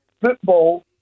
football